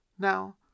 Now